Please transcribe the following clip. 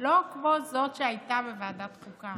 לא כמו זאת שהייתה בוועדת החוקה,